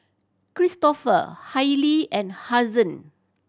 Kristofer Hailie and Hazen